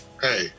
hey